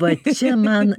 va čia man